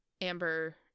Amber